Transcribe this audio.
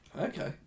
Okay